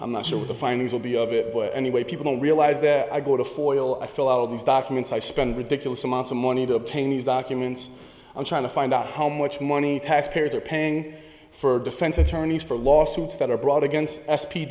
i'm not sure what the findings will be of it but anyway people realize that i go to foil i fill out these documents i spend ridiculous amounts of money to obtain these documents i'm trying to find out how much money taxpayers are paying for defense attorneys for lawsuits that are brought